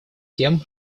тем